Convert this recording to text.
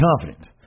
confident